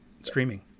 streaming